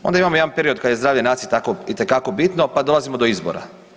Onda imamo jedan period kad je zdravlje nacije itekako bitno, pa dolazimo do izbora.